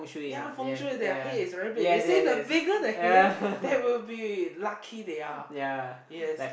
ya fengshui their head is very big they say the bigger the head there will be lucky they are yes